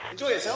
julia so